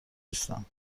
نیستم